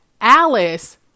Alice